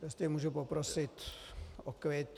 Jestli můžu poprosit o klid!